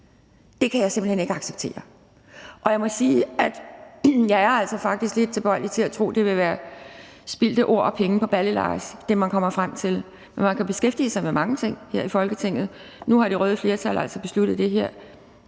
Det kan jeg simpelt hen ikke acceptere. Og jeg må sige, at jeg faktisk er tilbøjelig til at tro, at det, man kommer frem til, vil være spildte ord og penge på Balle-Lars. Men man kan beskæftige sig med mange ting her i Folketinget. Nu har det røde flertal altså besluttet det her,